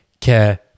care